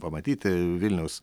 pamatyti vilniaus